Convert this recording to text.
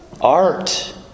Art